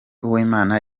uwimana